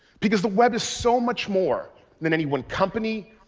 because the web is so much more than any one company,